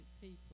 people